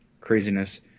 Craziness